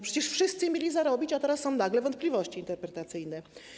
Przecież wszyscy mieli zarobić, a teraz są nagle wątpliwości interpretacyjne.